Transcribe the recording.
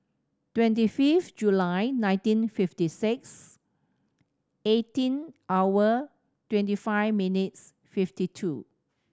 twenty fifth July nineteen fifty six eighteen hour twenty five minutes fifty two